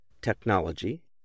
Technology